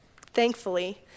Thankfully